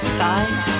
thighs